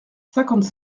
cinquante